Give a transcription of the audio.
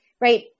right